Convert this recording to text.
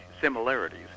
similarities